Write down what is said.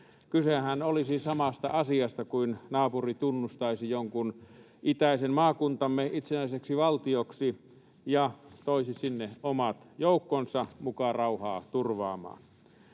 Kysehän olisi samasta asiasta kuin naapuri tunnustaisi jonkun itäisen maakuntamme itsenäiseksi valtioksi ja toisi sinne omat joukkonsa muka rauhaa turvaamaan.